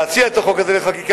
להציע את החוק הזה לחקיקה,